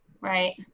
right